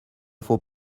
faut